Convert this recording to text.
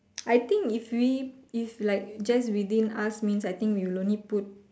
I think if we if like just within us means I think you will only put